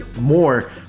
more